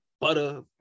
Butter